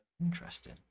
Interesting